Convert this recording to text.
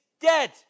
dead